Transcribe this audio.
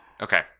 Okay